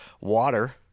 water